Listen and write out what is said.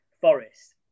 Forest